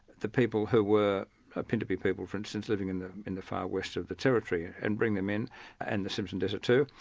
the people who were ah pintabee people for instance, living in the in the far west of the territory, and bring them in and the simpson desert too,